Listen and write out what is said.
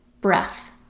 breath